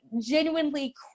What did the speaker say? genuinely